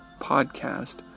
podcast